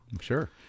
Sure